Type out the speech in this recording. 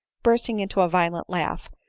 bursting into a violent laugh,